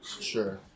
Sure